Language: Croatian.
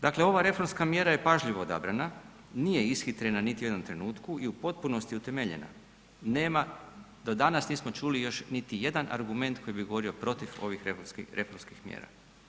Dakle, ova reformska mjera je pažljivo odabrana, nije ishitrena niti u jednom trenutku i potpunosti je utemeljena, nema, do danas nismo čuli još niti jedan argument koji bi govorio protiv ovih reformskih mjera.